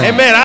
Amen